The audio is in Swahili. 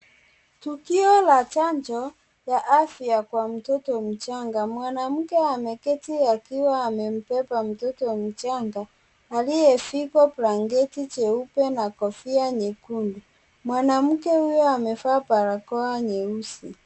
Tukio la chanjo ya afya kwa mtoto mchanga mwanamke ameketi akiwa amembeba mtoto mchanga aliyefikwa blanketi jeupe na kofia nyekundu, mwanamke huyo amevaa barakoa nyeusi.